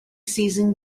season